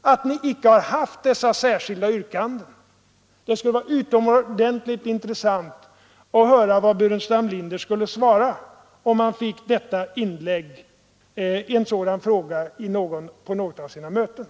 att ni inte gjort dessa särskilda yrkanden? Det skulle vara utomordentligt intressant att höra vad herr Burenstam Linder skulle svara, om han fick en sådan fråga på något av sina möten.